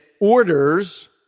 orders